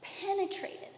penetrated